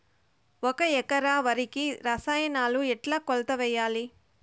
ఒక ఎకరా వరికి రసాయనాలు ఎట్లా కొలత వేయాలి?